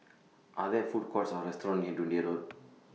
Are There Food Courts Or restaurants near Dundee Road